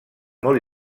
molt